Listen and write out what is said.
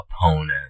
opponent